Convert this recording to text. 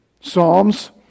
psalms